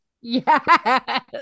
Yes